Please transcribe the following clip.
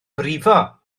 brifo